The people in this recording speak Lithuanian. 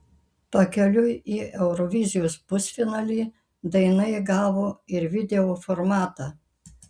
pakeliui į eurovizijos pusfinalį daina įgavo ir video formatą